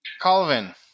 Calvin